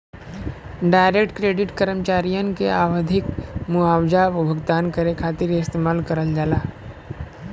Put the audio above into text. direct credit कर्मचारियन के आवधिक मुआवजा भुगतान करे खातिर इस्तेमाल करल जाला